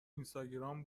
اینستاگرام